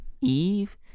Eve